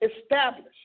established